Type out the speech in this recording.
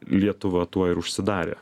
lietuva tuo ir užsidarė